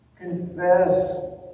Confess